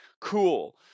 cool